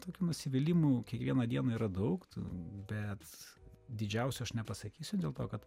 tokių nusivylimų kiekvieną dieną yra daug bet didžiausio aš nepasakysiu dėl to kad